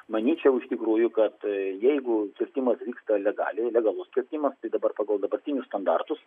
manyčiau iš tikrųjų kad jeigu kirtimas vyksta legaliai legalus kirtimas tai dabar pagal dabartinius standartus